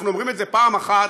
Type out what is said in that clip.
אנחנו אומרים את זה פעם אחת